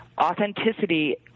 authenticity